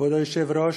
כבוד היושב-ראש,